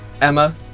Emma